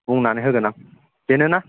बुंनानै होगोन आं बेनोना